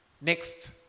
Next